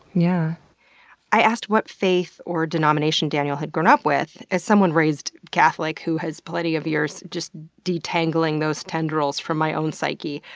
yeah i asked what faith or denomination daniel had grown up with, as someone raised catholic who has plenty of years detangling those tendrils from my own psyche,